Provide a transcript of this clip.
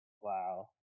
wow